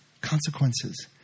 consequences